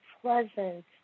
pleasant